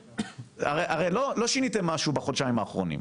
לא שיניתם משהו בחודשיים האחרונים.